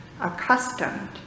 accustomed